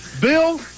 Bill